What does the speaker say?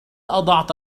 أضعت